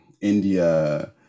india